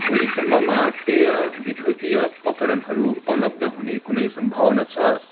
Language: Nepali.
भोलिसम्ममा पेय विधुतिय उपकरणहरू उपलब्ध हुने कुनै सम्भावना छ